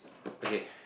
okay